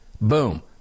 Boom